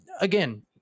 Again